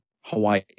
Hawaii